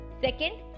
Second